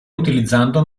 utilizzando